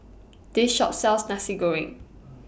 This Shop sells Nasi Goreng